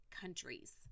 countries